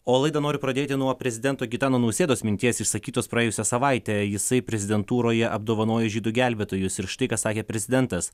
o laidą noriu pradėti nuo prezidento gitano nausėdos minties išsakytos praėjusią savaitę jisai prezidentūroje apdovanojo žydų gelbėtojus ir štai ką sakė prezidentas